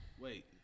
Wait